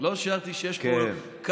לא שיערתי שיש פה כאלה,